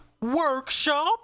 Workshop